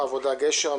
העבודה-גשר,